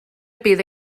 bydd